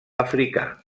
africà